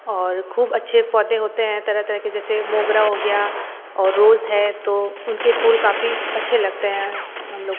और खूब अच्छे पौधे होते हैं तरह तरह के जैसे मोगरा हो गया और रोज़ है तो उनके फूल काफ़ी अच्छे लगते हैं हम लोग